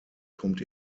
kommt